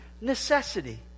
necessity